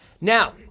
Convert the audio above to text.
Now